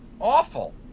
awful